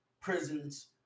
prisons